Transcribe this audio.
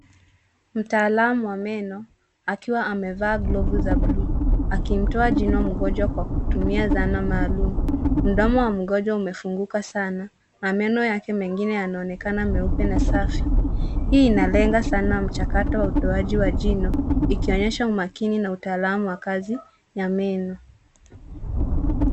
Mtaalamu wa meno, akiwa amevaa glovu za bluu akimtoa jino mgonjwa kwa kutumia zana maalum. Mdomo wa mgonjwa umefunguka sana na meno yake mengine yanaonekana meupe na safi. Hii inalenga sana mchakato wa utoaji wa jino ikionyesha umakini na utaalam wa kazi za meno.